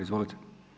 Izvolite.